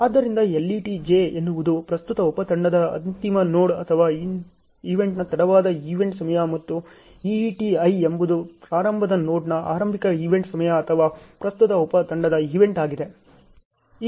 ಆದ್ದರಿಂದ LET j ಎನ್ನುವುದು ಪ್ರಸ್ತುತ ಉಪ ತಂಡದ ಅಂತಿಮ ನೋಡ್ ಅಥವಾ ಈವೆಂಟ್ನ ತಡವಾದ ಈವೆಂಟ್ ಸಮಯ ಮತ್ತು EET i ಎಂಬುದು ಪ್ರಾರಂಭದ ನೋಡ್ನ ಆರಂಭಿಕ ಈವೆಂಟ್ ಸಮಯ ಅಥವಾ ಪ್ರಸ್ತುತ ಉಪ ತಂಡದ ಈವೆಂಟ್ ಆಗಿದೆ